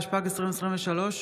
התשפ"ג 2023,